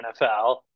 NFL